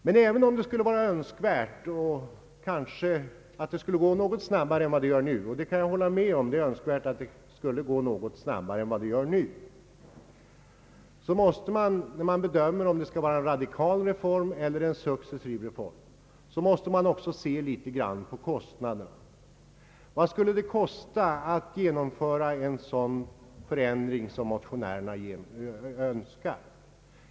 Men även om det skulle vara önskvärt att kanske gå något snabbare än vi gör nu — jag kan hålla med om att det är önskvärt att så sker — måste man vid bedömningen av om det skall vara en radikal reform eller en successiv reform se litet grand på kostnaderna. Vad skulle det kosta att genomföra en sådan förändring som motionärerna Önskar?